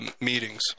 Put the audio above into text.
meetings